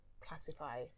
Classify